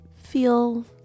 feel